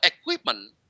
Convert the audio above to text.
equipment